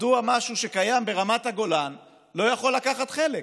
מדוע משהו שקיים ברמת הגולן לא יכול לקחת חלק?